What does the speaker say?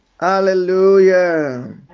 hallelujah